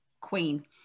queen